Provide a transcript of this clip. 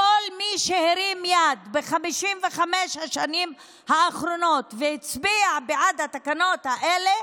כל מי שהרים יד ב-55 השנים האחרונות והצביע בעד התקנות האלה,